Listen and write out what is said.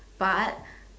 but